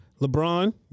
LeBron